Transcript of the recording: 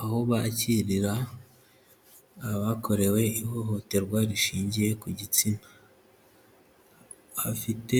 Aho bakirira abakorewe ihohoterwa rishingiye ku gitsina, hafite